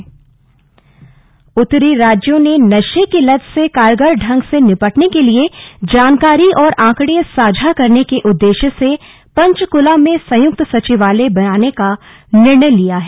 निर्णय उत्तरी राज्यों ने नशे की लत से कारगर ढंग से निपटने के लिए जानकारी और आंकड़े साझा करने के उद्देश्य से पंचकुला में संयुक्त सचिवालय बनाने का निर्णय लिया है